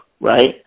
right